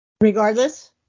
regardless